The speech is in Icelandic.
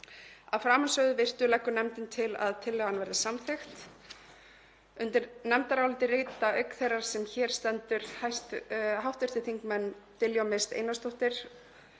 Að framansögðu virtu leggur nefndin til að tillagan verði samþykkt. Undir nefndarálitið rita, auk þeirrar sem hér stendur, hv. þingmenn Diljá Mist Einarsdóttir,